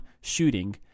shooting